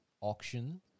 auction